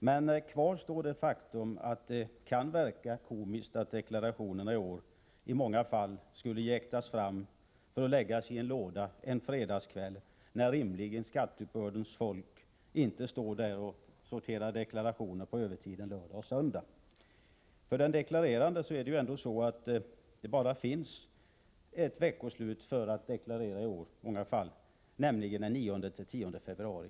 Men kvar står det faktum att det kan verka komiskt att deklarationerna i år i många fall skulle behöva jäktas fram för att läggas i en låda en fredagkväll, trots att skatteuppbördsfolket rimligen inte kommer att sortera deklarationer på övertid under lördagen och söndagen. För många finns det i år bara ett veckoslut då man kan göra sin deklaration, nämligen den 9-10 februari.